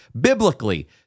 biblically